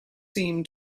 seem